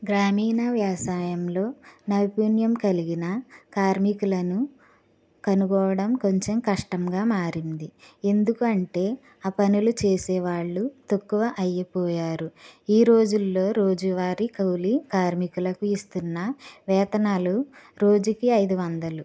గ్రామీణ వ్యవసాయంలో నైపుణ్యం కలిగిన కార్మికులను కనుకోవడం కొంచెం కష్టంగా మారింది ఎందుకంటే ఆ పనులు చేసేవాళ్ళు తక్కువ అయిపోయారు ఈరోజులలో రోజువారీ కూలి కార్మికులకు ఇస్తున్న వేతనాలు రోజుకి ఐదు వందలు